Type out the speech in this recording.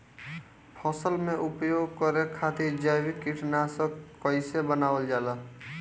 फसल में उपयोग करे खातिर जैविक कीटनाशक कइसे बनावल जाला?